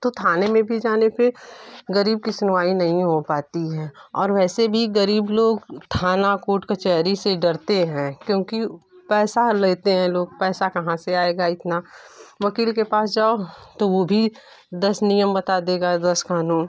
तो थाने में भी जाने पर गरीब की सुनवाई नहीं हो पाती है और वैसे भी गरीब लोग थाना कोट कचहरी से डरते हैं क्योंकि पैसा लेते हैं लोग पैसा कहाँ से आएगा इतना वकील के पास जाओ तो वो भी दस नियम बता देगा दस कानून